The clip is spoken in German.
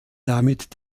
damit